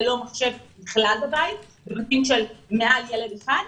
ללא מחשב בבית בבתים של מעל ילד אחד,